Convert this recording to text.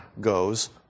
goes